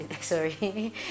sorry